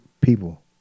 people